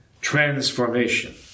transformation